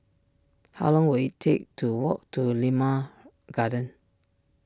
how long will it take to walk to Limau Garden